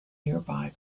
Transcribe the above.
nearby